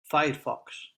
firefox